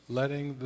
letting